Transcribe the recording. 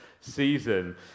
season